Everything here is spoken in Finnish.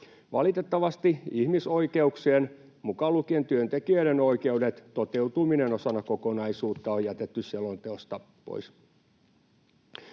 Valitettavasti ihmisoikeuksien, mukaan lukien työntekijöiden oikeudet, toteutuminen osana kokonaisuutta on jätetty selonteosta pois.